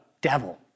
devil